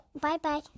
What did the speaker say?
Bye-bye